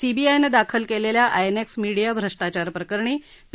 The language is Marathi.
सीबीआयने दाखल केलेल्या आयएनएक्स मीडिया भ्रष्टाचार प्रकरणी पी